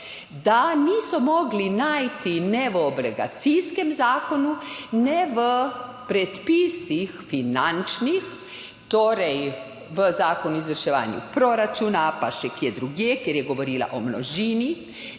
da niso mogli najti ne v obligacijskem zakonu, ne v predpisih finančnih, torej v Zakonu o izvrševanju proračuna, pa še kje drugje, kjer je govorila o množini,